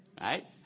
Right